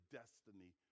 destiny